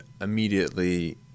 immediately